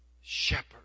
shepherd